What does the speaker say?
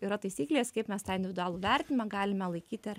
yra taisyklės kaip mes tą individualų vertinimą galime laikyti ar